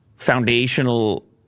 foundational